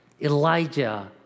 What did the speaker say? Elijah